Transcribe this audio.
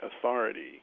authority